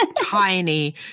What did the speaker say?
tiny